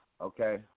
Okay